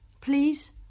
Please